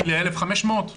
כשתגיעי ל-1,500 או 2,000?